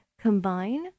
combine